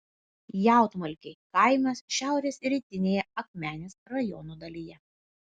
jautmalkiai kaimas šiaurės rytinėje akmenės rajono dalyje